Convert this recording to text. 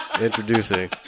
Introducing